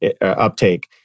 uptake